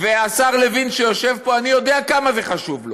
והשר לוין שיושב פה, אני יודע כמה זה חשוב לו,